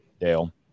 Dale